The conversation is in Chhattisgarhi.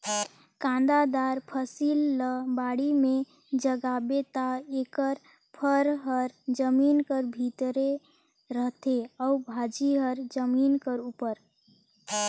कांदादार फसिल ल बाड़ी में जगाबे ता एकर फर हर जमीन कर भीतरे रहथे अउ भाजी हर जमीन कर उपर